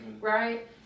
right